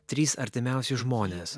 trys artimiausi žmonės